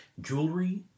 jewelry